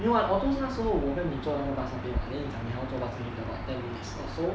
you know what orto 是那时候我跟你坐那个 bus 那边 right then 你讲你要坐 bus journey is about ten minutes or so